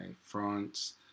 france